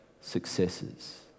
successes